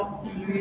mmhmm